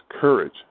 courage